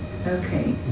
Okay